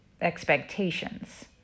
expectations